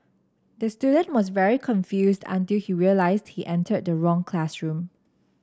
the student was very confused until he realised he entered the wrong classroom